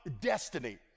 destiny